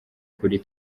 kuri